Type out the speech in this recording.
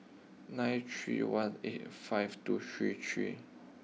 nine three one eight five two three three